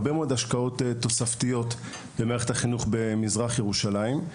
יש הרבה מאוד השקעות תוספתיות במערכת החינוך במזרח ירושלים.